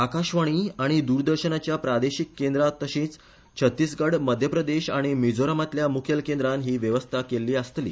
आकाशवाणी आनी द्रदर्शनाच्या प्रादेशिक केंद्रा तशीच सत्तीसगड मध्यप्रदेश आनी मिझोरामातल्या मुखेल केंद्रान ही वेवस्था केल्ली आसतली